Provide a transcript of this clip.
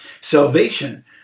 Salvation